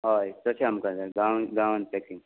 हय तशें आमकां जाय गावांत गावांत चॅकीन